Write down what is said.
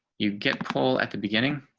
you get pull at the beginning.